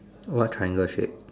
what triangle shade